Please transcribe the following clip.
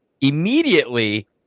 immediately